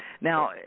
Now